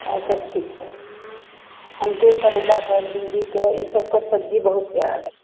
अच्छा ठीक है हम जो करो जात है भिंडी के यह सबको सब्ज़ी बहुत प्यारा लगता है